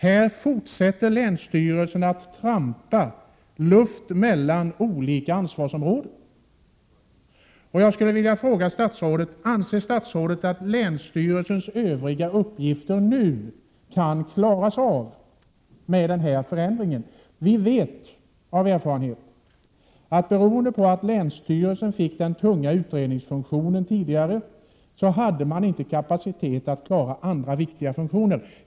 Här fortsätter länsstyrelsen att trampa luft mellan olika ansvarsområden. Jag vill fråga statsrådet: Anser statsrådet att länsstyrelsens övriga uppgifter nu kan klaras av med denna förändring? Vi vet av erfarenhet att när länsstyrelsen tidigare fick den tunga utredningsfunktionen fanns där inte kapacitet att klara andra viktiga funktioner.